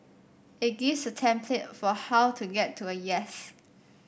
it gives a template for how to get to a yes